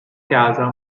casa